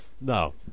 No